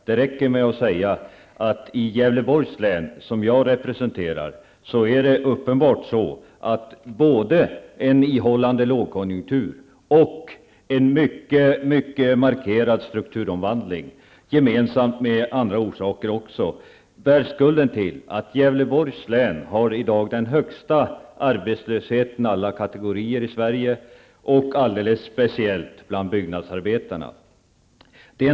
Det räcker med att säga att det i Gävleborgs län, som jag representerar, är uppenbart att det råder både en ihållande lågkonjunktur och pågår en mycket markerad strukturomvandling och att det tillsammans med andra orsaker bär skulden till att Gävleborgs län i dag har den högsta arbetslösheten i Sverige alla kategorier och alldeles speciellt bland byggnadsarbetarna.